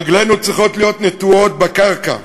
רגלינו צריכות להיות נטועות בקרקע,